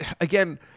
Again